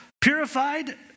purified